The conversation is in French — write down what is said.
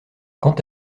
quant